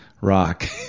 rock